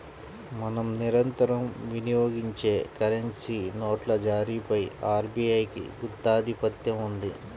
మనం నిరంతరం వినియోగించే కరెన్సీ నోట్ల జారీపై ఆర్బీఐకి గుత్తాధిపత్యం ఉంది